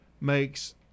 Makes